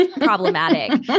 problematic